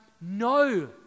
no